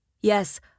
Yes